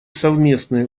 совместные